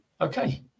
Okay